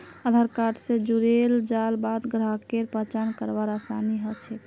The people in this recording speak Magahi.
आधार कार्ड स जुड़ेल जाल बाद ग्राहकेर पहचान करवार आसानी ह छेक